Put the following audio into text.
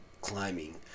climbing